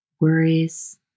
Worries